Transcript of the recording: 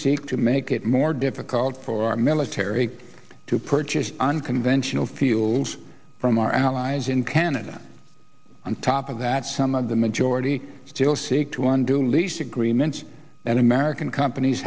seek to make it more difficult for our military to purchase unconventional fields from our allies in canada on top of that some of the majority still seek to one do lease agreements and american companies